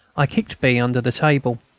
i kicked b. under the table,